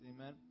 Amen